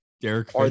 Derek